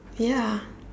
ya